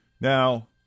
Now